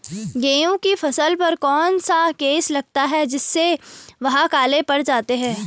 गेहूँ की फसल पर कौन सा केस लगता है जिससे वह काले पड़ जाते हैं?